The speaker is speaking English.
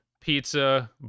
pizza